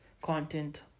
content